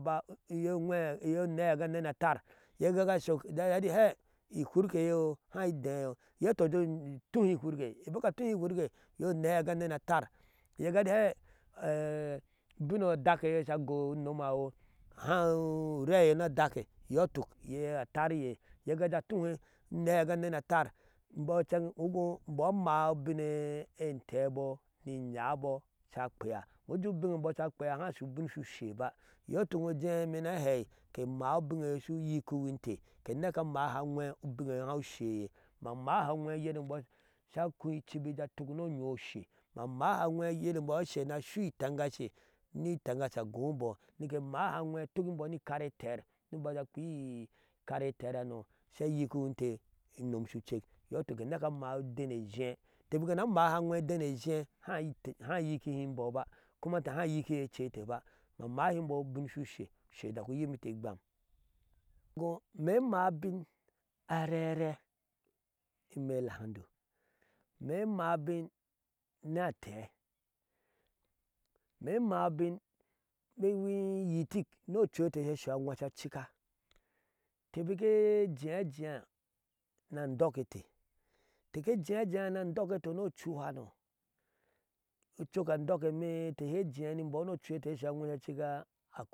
Iye oneeha ga anene atar iye ga sok ati ihurke ye hai deyo iye aheti tuhe ihurke bika tuhee ihurke iye oneeha ga nenetar iye ga hee eti abina adakeye sa goi unomha ureye na dake iyo tuk a tarye iye gaje tuhee unehaa ga nenetar, imbo incen amahe ubine entebo ni hai so su ushe ba iyootok imee na hai aweeh ubinne sai yikihinte, ke nekee maaha aweeh usinne ye hai sheye ma maaha aweeh oyere emboo sa kui ichibi aje atuk no oyooh oshe ma maaha aweeh oyere emboo sa serna shu itengashe, ni tengha a ghomboo nike mahe aweeh ke tukunboo ni kare eter ni imboo aje kwi ikare eter hanoo, sa yikihmte umomshucek iyoo tuk ke neke ezee kehaiyikihi imbooba kuma kekai yikihiyir echete yiki inte igwam imeeh imaah abin arere, imeeh alhamdu imeeh maah abin na antee imeeh maah abin miki iyitik noo oche eteso a weeh sa cika, inteeh bike jiya jiya na ando kete inteeh ke jiyajiya na andokete nochuhanoo, ichoke adokeme ete kike jiya ni imboo no ochu ete so a weeh sa cika